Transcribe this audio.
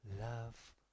love